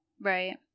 Right